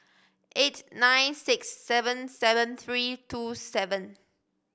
eight nine six seven seven three two seven